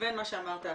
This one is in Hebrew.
לבין מה שאמרת עכשיו.